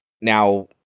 Now